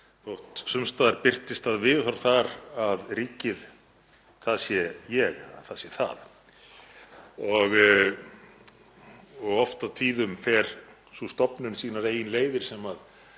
þótt sums staðar birtist það viðhorf þar að ríkið það sé ég, eða það sé það. Oft og tíðum fer sú stofnun sínar eigin leiðir sem